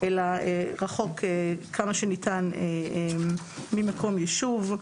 אלא רחוק כמה שניתן ממקום ישוב.